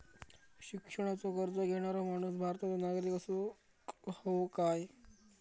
शिक्षणाचो कर्ज घेणारो माणूस भारताचो नागरिक असूक हवो काय?